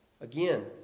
Again